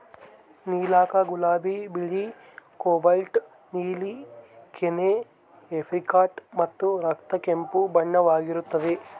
ನೀಲಕ ಗುಲಾಬಿ ಬಿಳಿ ಕೋಬಾಲ್ಟ್ ನೀಲಿ ಕೆನೆ ಏಪ್ರಿಕಾಟ್ ಮತ್ತು ರಕ್ತ ಕೆಂಪು ಬಣ್ಣವಾಗಿರುತ್ತದೆ